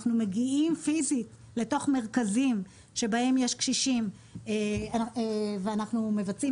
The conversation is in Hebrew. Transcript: אנחנו מגיעים פיזית לתוך מרכזים שבהם יש קשישים ואנחנו מבצעים.